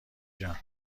جان